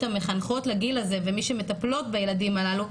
המחנכות לגיל הזה ומי שמטפלות בילדים הללו,